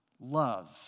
love